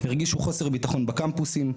ירגישו חוסר בטחון בקמפוסים.